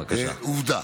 עובדה.